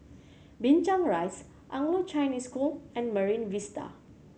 Binchang Rise Anglo Chinese School and Marine Vista